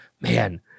man